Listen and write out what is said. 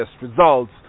results